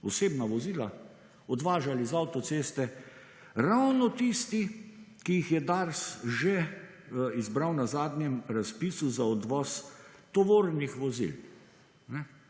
osebna vozila odvažali z avtoceste ravno tisti, ki jih je DARS že izbral na zadnjem razpisu za odvoz tovornih vozil,